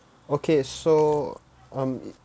okay so um